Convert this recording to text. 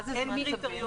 מה זה "זמן סביר"?